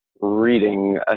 reading